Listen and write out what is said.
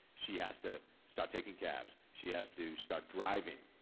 she has to start taking cabs, she has to start driving,